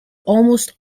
almost